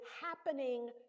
happening